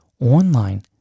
online